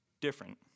different